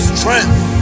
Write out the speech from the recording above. Strength